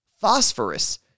phosphorus